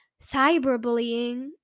cyberbullying